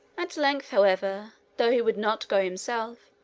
at length, however, though he would not go himself,